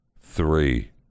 three